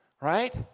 right